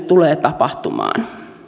tulee tapahtumaan kilpailuttamisen takia